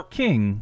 king